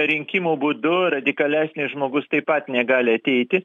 rinkimų būdu radikalesnis žmogus taip pat negali ateiti